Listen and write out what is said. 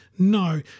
no